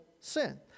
sin